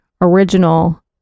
original